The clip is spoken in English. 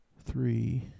three